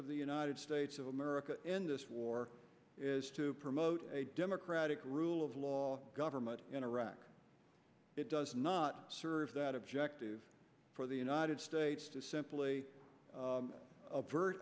of the united states of america in this war is to promote a democratic rule of law government in iraq it does not serve that objective for the united states is simply